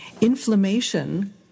inflammation